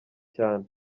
cyane